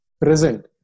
present